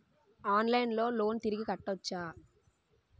ఆన్లైన్లో లోన్ తిరిగి కట్టోచ్చా?